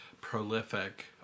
prolific